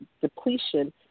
depletion